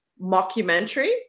mockumentary